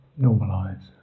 normalize